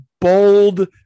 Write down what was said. bold